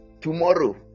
tomorrow